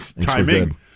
Timing